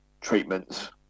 treatments